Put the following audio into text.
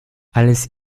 alles